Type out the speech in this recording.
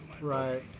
Right